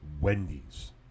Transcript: Wendy's